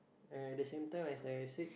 at the same time as I have said